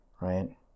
right